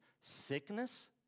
Sickness